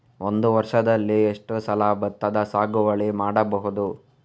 ಒಂದು ವರ್ಷದಲ್ಲಿ ಎಷ್ಟು ಸಲ ಭತ್ತದ ಸಾಗುವಳಿ ಮಾಡಬಹುದು?